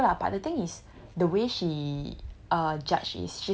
like the one I tell you lah but the thing is the way she